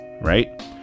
right